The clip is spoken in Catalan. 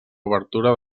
obertura